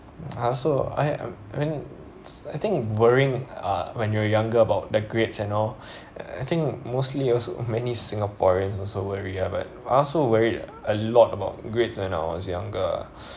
I also I I mean think worrying uh when you're younger about the grades and all I think mostly also many singaporeans also worry ah but I also worried a lot about grades when I was younger ah